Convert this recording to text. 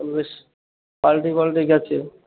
বেশ পালটি পালটি গেছে